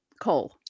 Cole